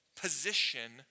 position